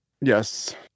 Yes